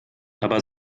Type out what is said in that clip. aber